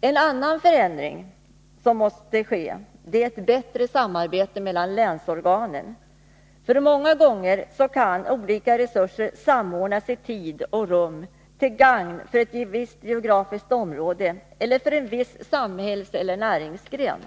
En annan förändring som måste ske är ett bättre samarbete mellan länsorganen. Många gånger kan olika resurser samordnas i tid och rum, till gagn för ett visst geografiskt område eller för en viss samhällseller näringsgren.